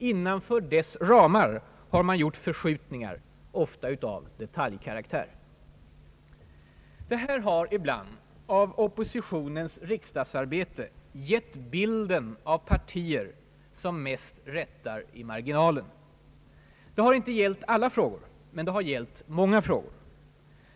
Innanför dess ramar har man gjort förskjutningar, ofta av detaljkaraktär. Detta har ibland av oppositionens riksdagsarbete gett bilden av partier som mest rättar i marginalen. Det har inte gällt alla frågor, men det har gällt många frågor.